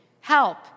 help